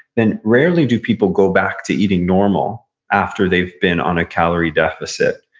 then rarely do people go back to eating normal after they've been on a calorie deficit.